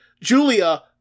Julia